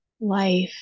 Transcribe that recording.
life